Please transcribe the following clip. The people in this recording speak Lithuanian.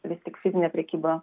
vis tik fizinė prekyba